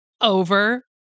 over